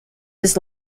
his